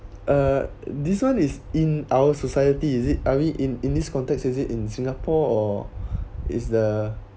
uh this one is in our society is it I mean in in this context as it in singapore or is the